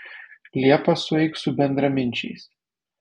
liepą sueik su bendraminčiais